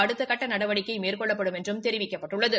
அடுத்தக்கட்ட நடவடிக்கை மேற்கொள்ளப்படும் என்றும் தெரிவிக்கப்பட்டுள்ளது